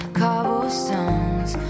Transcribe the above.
cobblestones